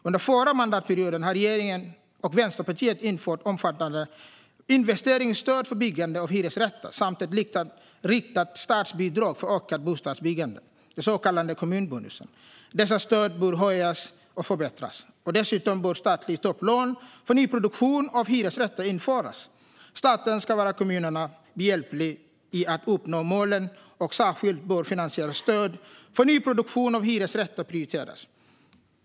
Under förra mandatperioden införde regeringen och Vänsterpartiet omfattande investeringsstöd för byggande av hyresrätter samt ett riktat statsbidrag för ökat bostadsbyggande, den så kallade kommunbonusen. Dessa stöd bör höjas och förbättras. Dessutom bör statliga topplån för nyproduktion av hyresrätter införas. Staten ska vara kommunerna behjälplig i att uppnå målen, och särskilt bör finansieringsstöd för nyproduktion av hyresrätter prioriteras.